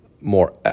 more